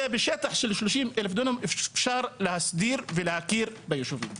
זה בשטח של 30,000 דונם אפשר להסדיר ולהכיר בישובים.